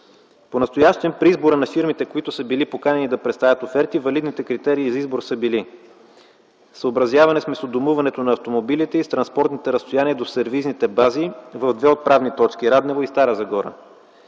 Понастоящем при избора на фирмите, които са били поканени да представят оферти, валидните критерии за избор са били: съобразяване с местодомуването на автомобилите и с транспортните разстояния до сервизните бази от две отправни точки – Раднево и Стара Загора.